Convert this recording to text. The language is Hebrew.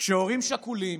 כשהורים שכולים,